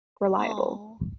reliable